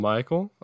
Michael